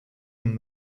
him